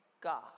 God